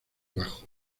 bajo